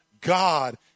God